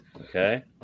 Okay